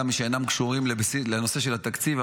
גם כשאינם קשורים לנושא של התקציב.